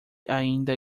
ainda